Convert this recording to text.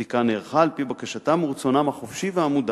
הבדיקה נערכה על-פי בקשתם וברצונם החופשי והמודע